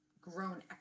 grown